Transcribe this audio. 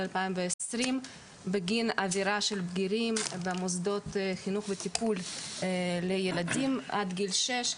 2020 בגין עבירה של בגירים במוסדות חינוך וטיפול לילדים עד גיל שש.